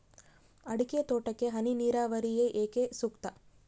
ಅಡಿಕೆ ತೋಟಕ್ಕೆ ಹನಿ ನೇರಾವರಿಯೇ ಏಕೆ ಸೂಕ್ತ?